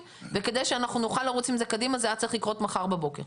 וכדי שאנחנו נוכל לרוץ עם זה קדימה זה היה צריך לקרות מחר בבוקר.